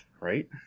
right